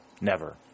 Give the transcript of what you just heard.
Never